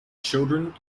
children